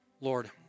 Lord